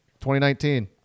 2019